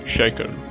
Shaken